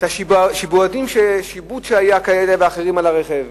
שעבודים כאלה ואחרים שהיו על הרכב,